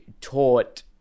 taught